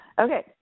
Okay